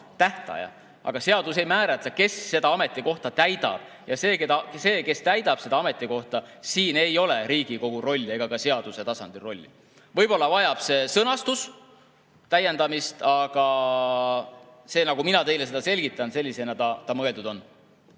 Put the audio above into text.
aga seadus ei määratle, kes seda ametikohta täidab. Selles, kes täidab seda ametikohta, ei ole Riigikogu rolli ega ka seaduse tasandil rolli. Võib-olla vajab see sõnastus täiendamist, aga sellisena, nagu mina teile seda selgitan, ta mõeldud on.